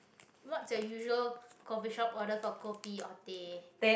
what's your usual coffeeshop order for kopi or teh